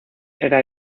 era